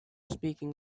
speaking